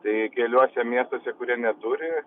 tai keliuose miestuose kurie neturi